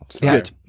Good